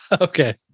Okay